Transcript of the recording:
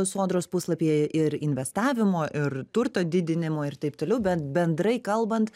sodros puslapyje ir investavimo ir turto didinimo ir taip toliau bet bendrai kalbant